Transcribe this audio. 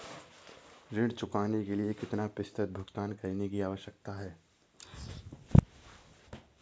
ऋण चुकाने के लिए कितना प्रतिशत भुगतान करने की आवश्यकता है?